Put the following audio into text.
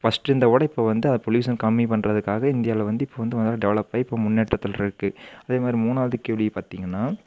first இருந்ததோட இப்போ வந்து அது பொல்யூஷன் கம்மி பண்ணுறதுக்காக இந்தியாவில் வந்து இப்போ வந்து கொஞ்சம் கொஞ்சமாக டெவெலப் ஆகி இப்போ முன்னேற்றத்துலிருக்கு அதே மாதிரி மூணாவது கேள்வி பார்த்தீங்கன்னா